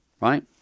Right